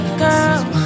girl